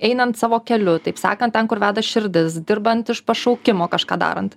einant savo keliu taip sakant ten kur veda širdis dirbant iš pašaukimo kažką darant